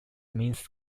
means